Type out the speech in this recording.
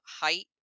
height